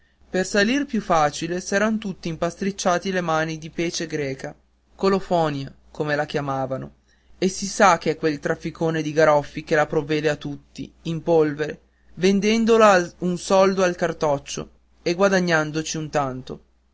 per salir più facile s'eran tutti impiastrati le mani di pece greca colofonia come la chiamano e si sa che è quel trafficone di garoffi che la provvede a tutti in polvere vendendola un soldo al cartoccio e guadagnandoci un tanto